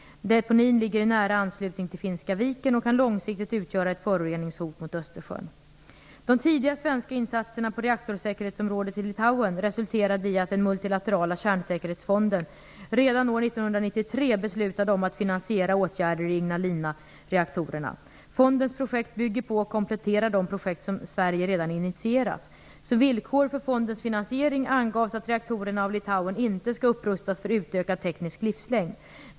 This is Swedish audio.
Deponin ligger i nära anslutning till Finska viken och kan långsiktigt utgöra ett föroreningshot mot Östersjön. De tidiga svenska insatserna på reaktorsäkerhetsområdet i Litauen resulterade i att den multilaterala kärnssäkerhetsfonden redan år 1993 beslutade om att finansiera åtgärder i Ignalinareaktorerna. Fondens projekt bygger på och kompletterar de projekt som Sverige redan initierat. Som villkor för fondens finansiering angavs att reaktorerna av Litauen inte skall upprustas för utökad teknisk livslängd.